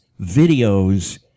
videos